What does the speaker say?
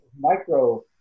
micro